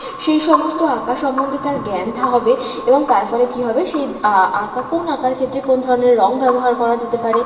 সেই সমস্ত আঁকা সম্বন্ধে তার জ্ঞানটা হবে তার ফলে কী হবে সে আঁকা কোন আঁকার ক্ষেত্রে কোন ধরনের রঙ ব্যবহার করা যেতে পারে